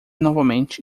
novamente